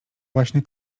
właśnie